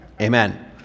Amen